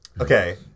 okay